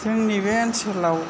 जोंनि बे ओनसोलाव